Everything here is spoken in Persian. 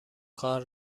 کار